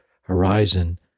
horizon